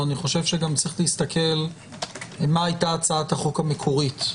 צריך להסתכל מה היתה הצעת החוק המקורית.